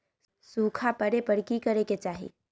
सूखा पड़े पर की करे के चाहि